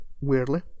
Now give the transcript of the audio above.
weirdly